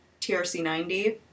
TRC-90